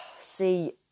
See